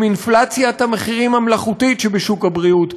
עם אינפלציית המחירים המלאכותית שבשוק הבריאות,